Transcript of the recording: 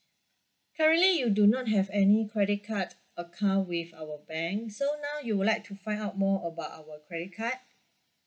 currently you do not have any credit card account with our bank so now you would like to find out more about our credit card